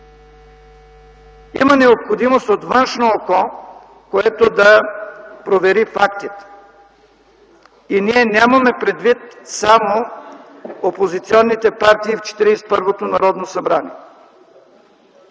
Има необходимост от външно око, което да провери фактите. И ние нямаме предвид само опозиционните партии в Четиридесет